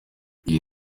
iyi